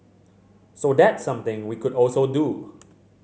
so that's something we could also do